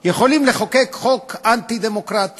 יכולים לחוקק חוק אנטי-דמוקרטי.